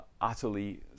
utterly